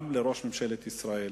גם לראש ממשלת ישראל